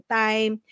time